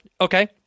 Okay